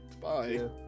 bye